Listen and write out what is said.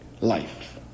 life